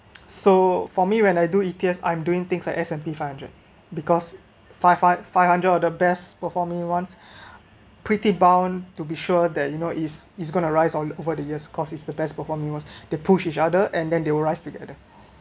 so for me when I do E_T_F I'm doing things like s and p five hundred because five five five hundred of the best performing one's pretty bound to be sure that you know is is going to rise on over the years cause is the best performing one they push each other and then they will rise together